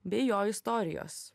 bei jo istorijos